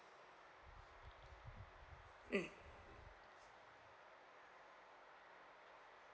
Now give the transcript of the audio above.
mm